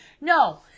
no